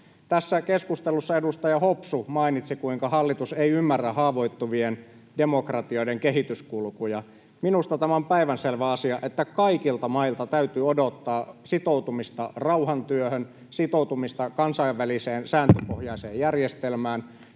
Tässä keskustelussa edustaja Hopsu mainitsi, kuinka hallitus ei ymmärrä haavoittuvien demokratioiden kehityskulkuja. Minusta on päivänselvä asia, että kaikilta mailta täytyy odottaa sitoutumista rauhantyöhön, sitoutumista kansainväliseen sääntöpohjaiseen järjestelmään.